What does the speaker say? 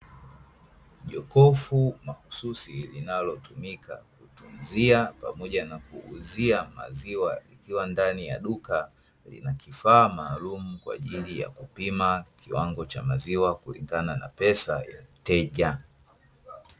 Jokofu mahususi linalotumika kutunzia pamoja na kuuzia maziwa likiwa ndani ya duka lina kifaa maalumu kwa ajili ya kupima kiwango cha maziwa kulingana na pesa ya mteja.